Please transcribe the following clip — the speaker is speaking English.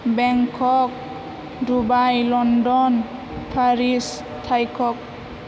Bangkok Dubai London Paris Thailand